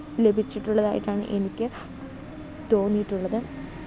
ലഭിച്ചിട്ടുള്ളതായിട്ടാണ് എനിക്ക് തോന്നിയിട്ടുള്ളത്